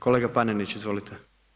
Kolega Panenić, izvolite.